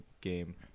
game